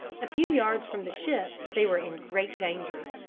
a few yards from the ship they were in great danger.